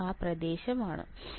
ഇത് ഈ പ്രദേശത്താണ്